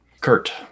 Kurt